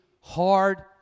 hard